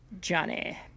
Johnny